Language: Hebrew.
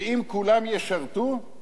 ואם כולם ישרתו,